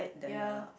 ya